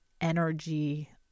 energy